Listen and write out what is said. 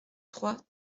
trois